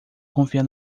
confiar